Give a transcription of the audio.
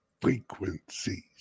frequencies